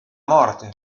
morte